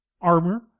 armor